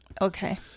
Okay